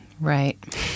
Right